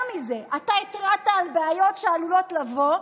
יותר מזה, אתה התרעת על בעיות שעלולות לבוא,